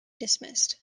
dismissed